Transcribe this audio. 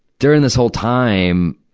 during this whole time,